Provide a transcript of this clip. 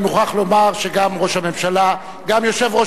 אני מוכרח לומר שגם ראש הממשלה וגם יושב-ראש